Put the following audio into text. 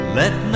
let